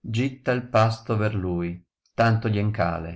gittau pasto ver lui tanto glien cale